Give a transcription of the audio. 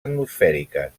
atmosfèriques